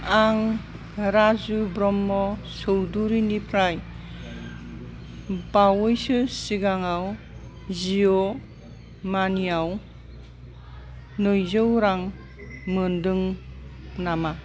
आं राजु ब्रह्म' चौधुरिनिफ्राय बावैसो सिगाङाव जिअ' मानिआव नैजौ रां मोनदों नामा